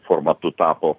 formatu tapo